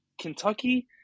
Kentucky